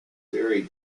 very